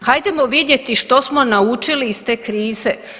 Hajdemo vidjeti što smo naučili iz te krize.